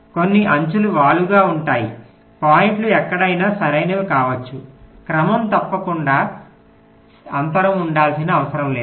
కొన్ని అంచులు వాలుగా ఉంటాయి పాయింట్లు ఎక్కడైనా సరైనవి కావచ్చు క్రమం తప్పకుండా అంతరం ఉండాల్సిన అవసరం లేదు